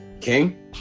King